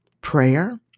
prayer